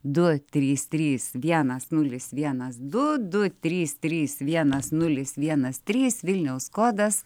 du trys trys vienas nulis vienas du du trys trys vienas nulis vienas trys vilniaus kodas